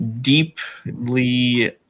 deeply